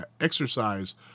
exercise